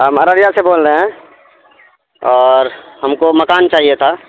ماراجیا سے بول رہے ہیں اور ہم کو مکان چاہیے تھا